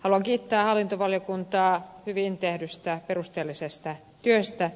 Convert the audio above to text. haluan kiittää hallintovaliokuntaa hyvin tehdystä perusteellisesta työstä